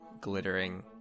glittering